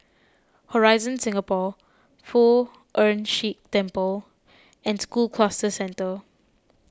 Horizon Singapore Poh Ern Shih Temple and School Cluster Centre